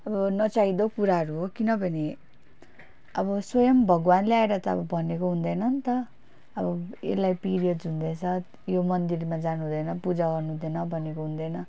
अब नचाहिँदो कुराहरू हो किनभने अबो स्वयम् भगवान्ले आएर त भनेको हुँदैनन्त अबो एल्लाई पिरियड्स हुँदैस यो मन्दिरमा जानु हुँदैन पूजा गर्नु हुँदैन भनेको हुन्दैन